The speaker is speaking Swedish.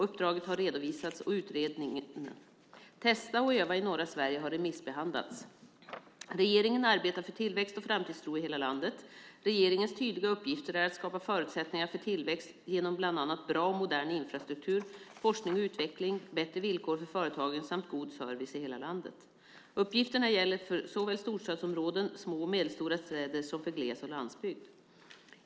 Uppdraget har redovisats, och utredningen Testa och öva i norra Sverige har remissbehandlats . Regeringen arbetar för tillväxt och framtidstro i hela landet. Regeringens tydliga uppgifter är att skapa förutsättningar för tillväxt genom bland annat bra och modern infrastruktur, forskning och utveckling, bättre villkor för företagen samt god service i hela landet. Uppgifterna gäller för såväl storstadsområden, små och medelstora städer som gles och landsbygd.